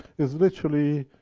is literally,